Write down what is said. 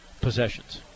possessions